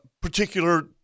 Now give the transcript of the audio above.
particular